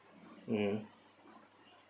mm